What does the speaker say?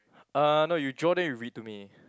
uh no you draw then you read to me